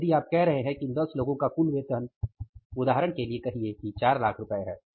अब यदि आप कह रहे हैं कि इन दस लोगों का कुल वेतन उदाहरण के लिए कहिये कि 4 लाख रुपये है